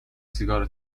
سیگارو